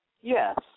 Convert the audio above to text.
Yes